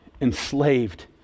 enslaved